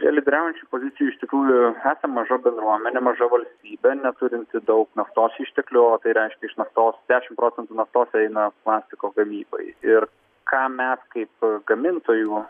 prie lyderiaujančių pozicijų iš tikrųjų esam maža bendruomenė maža valstybė neturinti daug naftos išteklių o tai reiškia iš naftos dešim procentų naftos eina plastiko gamybai ir ką mes kaip gamintojų